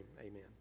Amen